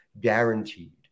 guaranteed